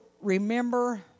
remember